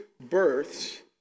births